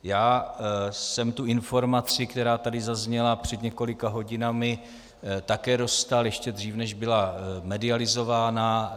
Já jsem tu informaci, která tady zazněla před několika hodinami, také dostal, ještě dřív, než byla medializována.